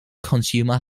consumer